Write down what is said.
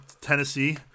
tennessee